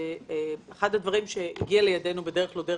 אחד הדברים שהגיע אלינו בדרך לא דרך